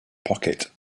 pocket